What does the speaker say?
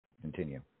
Continue